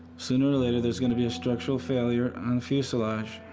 sooner or later, there's going to be a structural failure on the fuselage.